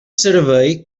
servei